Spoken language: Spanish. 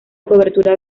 cobertura